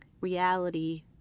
reality